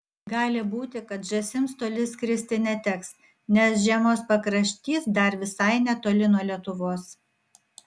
gali būti kad žąsims toli skristi neteks nes žiemos pakraštys dar visai netoli nuo lietuvos